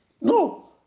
no